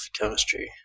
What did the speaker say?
chemistry